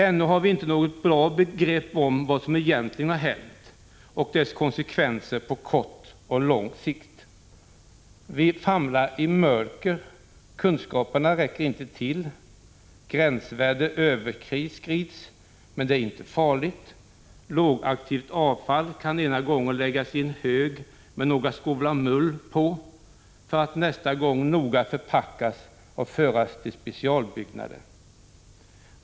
Ännu har vi inte något bra grepp om vad som egentligen hänt och konsekvenserna på kort och lång sikt. Vi famlar i mörker. Kunskaperna räcker inte till. Gränsvärden överskrids, men det är inte farligt. Lågaktivt avfall kan ena gången läggas i en hög med några skovlar mull på, för att nästa gång noga förpackas och föras till specialbyggnader.